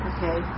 Okay